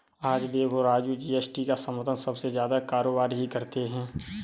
आज देखो राजू जी.एस.टी का समर्थन सबसे ज्यादा कारोबारी ही करते हैं